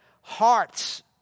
hearts